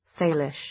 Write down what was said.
Salish